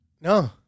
no